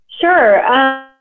Sure